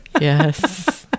Yes